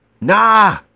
Nah